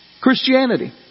Christianity